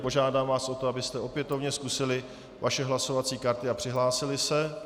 Požádám vás o to, abyste opětovně zkusili vaše hlasovací karty a přihlásili se.